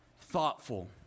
thoughtful